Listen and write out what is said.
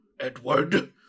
Edward